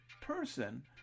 person